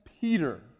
Peter